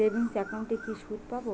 Savings একাউন্টে কি সুদ পাব?